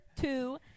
two